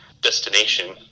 destination